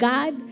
God